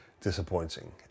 disappointing